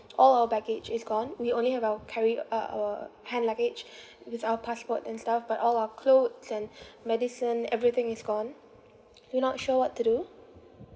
all our baggage is gone we only have our carry uh our hand luggage with our passport and stuff but all our clothes and medicine everything is gone we're not sure what to do